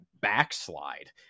backslide